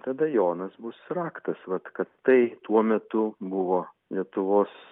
tada jonas bus raktas vat kad tai tuo metu buvo lietuvos